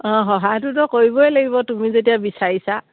অঁ সহায়টোতো কৰিবই লাগিব তুমি যেতিয়া বিচাৰিছা